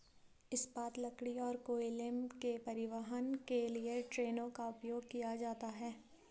इस्पात, लकड़ी और कोयले के परिवहन के लिए ट्रेनों का उपयोग किया जाता है